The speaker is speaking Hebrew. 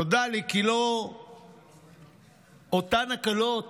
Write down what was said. נודע לי כי אותן הקלות